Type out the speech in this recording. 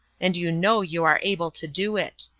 and you know you are able to do it.